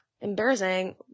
Embarrassing